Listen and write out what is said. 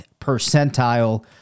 percentile